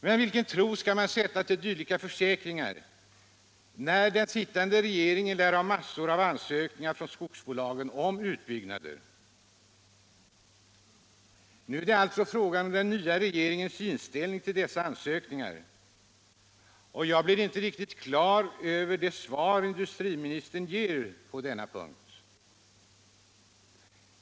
Men vilken tro skall man sätta till dylika försäkringar, när den nuvarande regeringen lär ha massor av ansökningar från skogsbolagen om utbyggnader? Nu är det alltså fråga om regeringens inställning till dessa ansökningar, och jag blir inte riktigt klar över det svar industriministern ger på denna punkt.